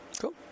Cool